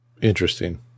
Interesting